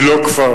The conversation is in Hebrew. הוא לא כפר,